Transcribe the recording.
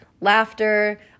laughter